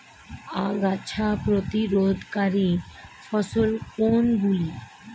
আগাছা প্রতিরোধকারী ফসল কোনগুলি?